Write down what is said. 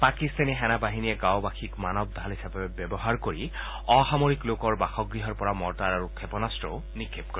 পাকিস্তানী সেনা বাহিনীয়ে গাঁওবাসীক মানৱ ঢাল হিচাপে ব্যৱহাৰ কৰি অসামৰিক লোকৰ বাসগৃহৰ পৰা মৰ্টাৰ আৰু ক্ষেপণাস্ত্ৰও নিক্ষেপ কৰে